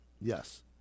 Yes